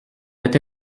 peut